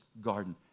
garden